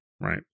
right